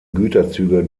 güterzüge